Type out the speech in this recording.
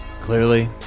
Clearly